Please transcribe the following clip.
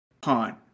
Pawn